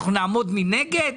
אנחנו נעמוד מנגד?